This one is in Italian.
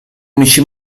unici